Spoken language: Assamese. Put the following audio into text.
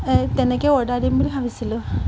এ তেনেকৈ অৰ্ডাৰ দিম বুলি ভাবিছিলো